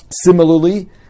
Similarly